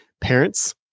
parents